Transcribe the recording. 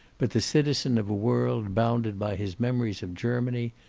but the citizen of a world bounded by his memories of germany,